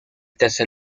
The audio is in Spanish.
tercer